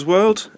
World